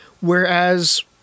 Whereas